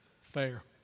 Fair